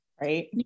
right